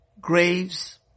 graves